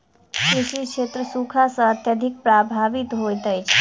कृषि क्षेत्र सूखा सॅ अत्यधिक प्रभावित होइत अछि